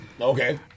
Okay